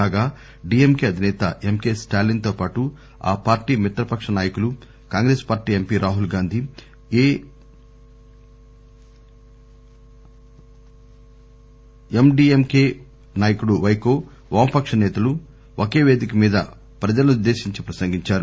కాగా డిఎంకె అధినేత ఎంకె స్టాలిస్ తో పాటు ఆ పార్టీ మిత్ర పక్ష నాయకులు Congress party MP Rahul Gandhi MDMK నాయకుడు పైకో వామపక్ష సేతలు ఒకే పేదికమీద ప్రజలనుద్దేశించి ప్రసంగించారు